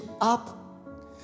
up